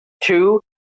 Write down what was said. two